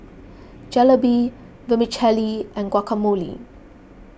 Jalebi Vermicelli and Guacamole